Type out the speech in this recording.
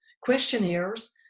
questionnaires